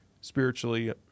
spiritually